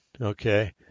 Okay